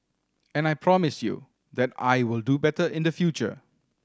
and I promise you that I will do better in the future